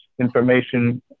information